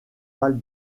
val